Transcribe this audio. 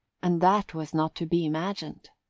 and that was not to be imagined.